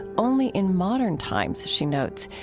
only in modern times, she notes,